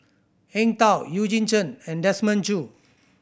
Eng Tow Eugene Chen and Desmond Choo